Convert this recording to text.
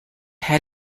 had